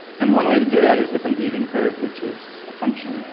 and one way to do that is with an easing curve which is a function